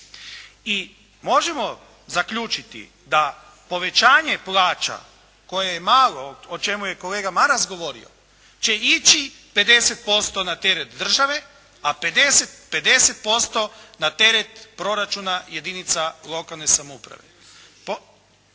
i možemo zaključiti da povećanje plaća koje je malo, o čemu je kolega Maras govorio će ići 50% na teret države, a 50% na teret proračuna jedinica lokalne samouprave.